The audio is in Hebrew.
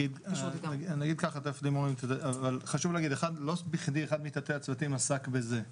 לא בכדי אחד מתתי הצוותים עסק בזה.